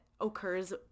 occurs